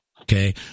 Okay